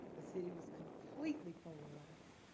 the city was completely polarized.